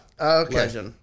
Okay